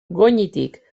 goñitik